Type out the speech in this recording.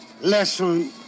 Lesson